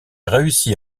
réussit